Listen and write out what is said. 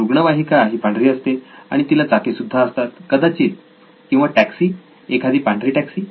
रुग्णवाहिका ही पांढरी असते आणि तिला चाके सुद्धा असतात कदाचित किंवा टॅक्सी एखादी पांढरी टॅक्सी